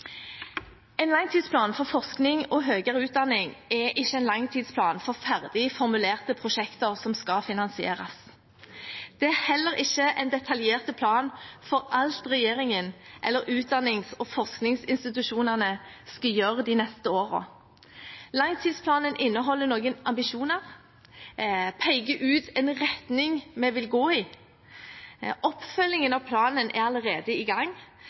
En langtidsplan for forskning og høyere utdanning er ikke en langtidsplan for ferdig formulerte prosjekter som skal finansieres. Det er heller ikke en detaljert plan for alt regjeringen eller utdannings- og forskningsinstitusjonene skal gjøre de neste årene. Langtidsplanen inneholder noen ambisjoner og peker ut en retning vi vil gå i. Oppfølgingen av planen er allerede i gang,